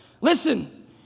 Listen